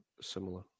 similar